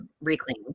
reclaimed